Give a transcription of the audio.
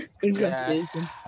Congratulations